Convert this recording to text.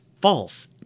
false